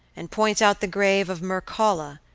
and point out the grave of mircalla,